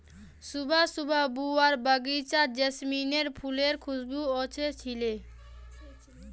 सुबह सुबह बुआर बगीचात जैस्मीनेर फुलेर खुशबू व स छिले